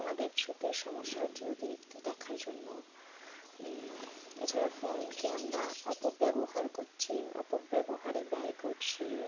আমাদের চোখের সমস্যা হচ্ছে অতিরিক্ত দেখার জন্য এছাড়া ফোনকে আমরা অপব্যবহার করছি অপব্যবহারে ব্যয় করছি